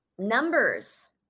Numbers